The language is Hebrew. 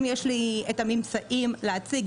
ואין לי עדיין ממצאים שאני יכולה להציג.